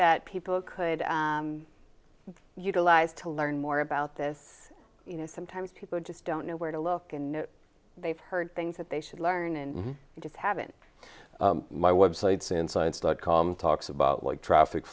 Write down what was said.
that people could utilize to learn more about this you know sometimes people just don't know where to look and they've heard things that they should learn and just haven't my websites in science dot com talks about like traffic